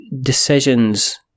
Decisions